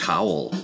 Cowl